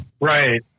Right